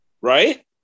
Right